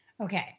Okay